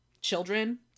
children